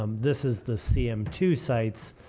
um this is the cm two sites.